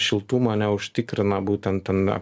šiltumo neužtikrina būtent ten